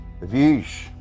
views